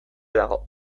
dago